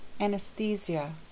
Anesthesia